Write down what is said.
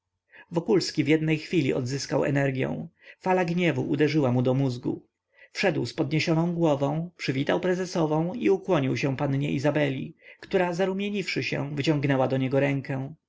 warszawie wokulski w jednej chwili odzyskał energią fala gniewu uderzyła mu do mózgu wszedł z podniesioną głową przywitał prezesową i ukłonił się pannie izabeli która zarumieniwszy się wyciągnęła do niego rękę